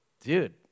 Dude